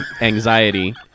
anxiety